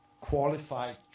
qualified